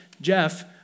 Jeff